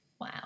Wow